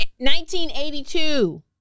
1982